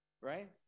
right